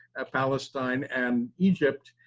ah palestine, and egypt,